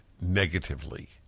negatively